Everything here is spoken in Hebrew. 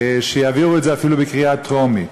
שיעבירו את זה אפילו בקריאה טרומית.